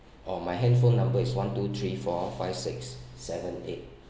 oh my handphone number is one two three four five six seven eight